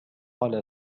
على